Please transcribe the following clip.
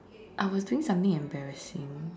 I was doing something embarrassing